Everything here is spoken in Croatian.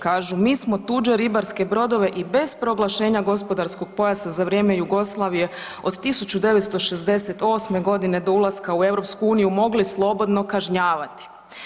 Kažu, mi smo tuđe ribarske brodove i bez proglašenje gospodarskog pojasa za vrijeme Jugoslavije od 1968. g. do ulaska u EU mogli slobodno kažnjavati.